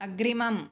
अग्रिमम्